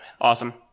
awesome